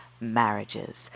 marriages